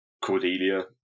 Cordelia